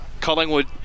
Collingwood